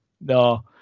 no